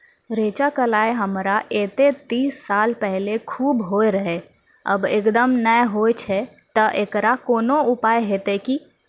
रेचा, कलाय हमरा येते तीस साल पहले खूब होय रहें, अब एकदम नैय होय छैय तऽ एकरऽ कोनो उपाय हेते कि?